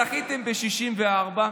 זכיתם ב-64,